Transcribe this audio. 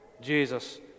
Jesus